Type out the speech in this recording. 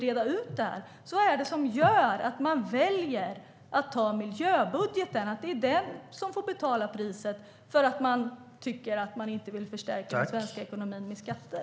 Vad är det som gör att ni väljer att låta miljöbudgeten betala priset för att ni inte vill förstärka den svenska ekonomin med skatter?